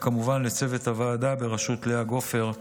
וכמובן לצוות הוועדה בראשות לאה גופר,